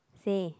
say